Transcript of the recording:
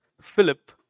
Philip